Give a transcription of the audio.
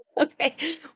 Okay